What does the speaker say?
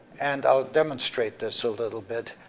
and i'll demonstrate this a little bit.